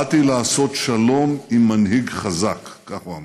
באתי לעשות שלום עם מנהיג חזק, כך הוא אמר.